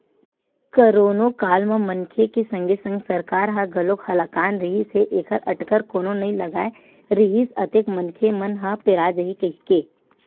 करोनो काल म मनखे के संगे संग सरकार ह घलोक हलाकान रिहिस हे ऐखर अटकर कोनो नइ लगाय रिहिस अतेक मनखे मन ह पेरा जाही कहिके